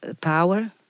power